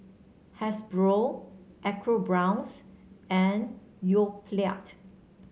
Hasbro ecoBrown's and Yoplait